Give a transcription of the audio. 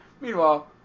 meanwhile